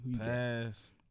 Pass